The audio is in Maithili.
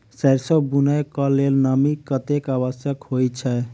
सैरसो बुनय कऽ लेल नमी कतेक आवश्यक होइ छै?